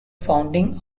founding